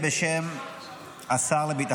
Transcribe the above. היו"ר מאיר כהן: חבר הכנסת קריב,